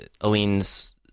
Aline's